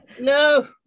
No